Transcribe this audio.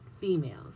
females